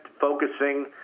focusing